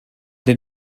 den